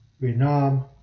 Vietnam